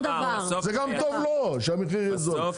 זה גם טוב לו שהמחיר יהיה יותר זול,